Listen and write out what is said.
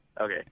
Okay